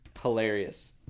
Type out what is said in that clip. Hilarious